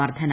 വർദ്ധന